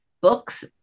books